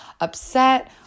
upset